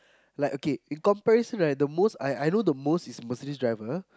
like okay in comparison right the most I I know the most is Mercedes driver